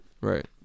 right